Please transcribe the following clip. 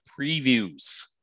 previews